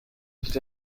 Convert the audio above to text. nicht